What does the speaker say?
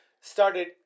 started